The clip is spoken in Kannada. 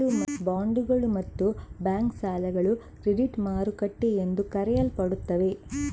ಬಾಂಡುಗಳು ಮತ್ತು ಬ್ಯಾಂಕ್ ಸಾಲಗಳು ಕ್ರೆಡಿಟ್ ಮಾರುಕಟ್ಟೆ ಎಂದು ಕರೆಯಲ್ಪಡುತ್ತವೆ